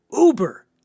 uber